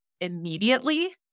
immediately